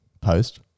post